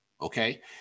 Okay